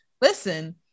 listen